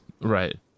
Right